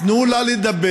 תנו לה לדבר,